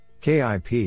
KIP